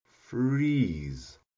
freeze